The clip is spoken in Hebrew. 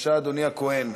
בבקשה אדוני הכהן.